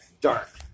Dark